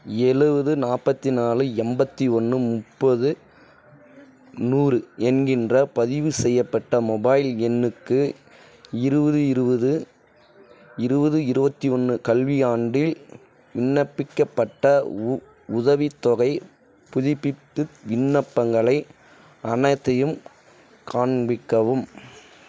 எழுவது நாற்பத்தி நாலு எண்பத்தி ஒன்று முப்பது நூறு என்கின்ற பதிவுசெய்யப்பட்ட மொபைல் எண்ணுக்கு இருபது இருபது இருபது இருபத்தி ஒன்று கல்வியாண்டில் விண்ணப்பிக்கப்பட்ட உதவித்தொகைப் புதுப்பிப்பு விண்ணப்பங்கள் அனைத்தையும் காண்பிக்கவும்